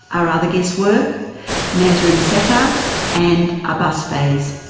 our other guests were nazim satter and abbas faiz.